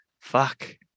fuck